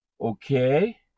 Okay